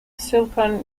silicon